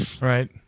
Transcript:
Right